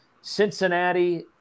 Cincinnati